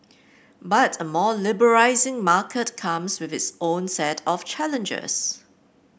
but a more liberalising market comes with its own set of challenges